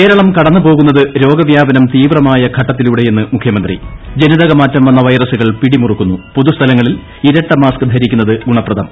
കേരളം കടന്നുപ്പോകുന്നത് രോഗവ്യാപനം തീവ്രമായ ഘട്ടത്തിലൂടെയെന്ന് മുഖ്യമന്ത്രി ജനിതക മാറ്റം വന്ന വൈറസുകൾ പിടിമുറുക്കുന്നു പൊതു സ്ഥലങ്ങളിൽ ഇരട്ട മാസ്ക്ക് ധരിക്കുന്നത് ഗുണപ്രദം